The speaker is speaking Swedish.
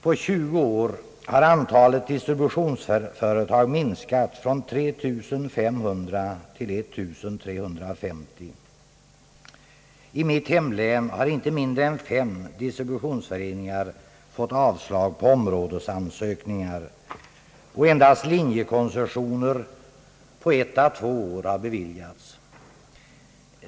På 20 år har antalet distributionsföretag minskat från 3 500 till 1 350. I mitt hemlän har inte mindre än fem distributionsföreningar fått avslag på områdesansökningar, och endast linjekoncessioner på ett å två år har beviljats.